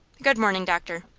good morning, doctor.